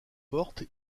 porte